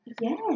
Yes